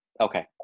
Okay